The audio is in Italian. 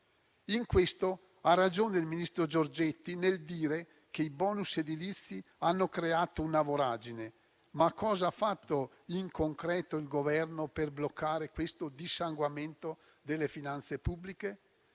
In questo ha ragione il ministro Giorgetti nel dire che i bonus edilizi hanno creato una voragine. Ma cosa ha fatto in concreto il Governo per bloccare questo dissanguamento delle finanze pubbliche?